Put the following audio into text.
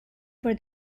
for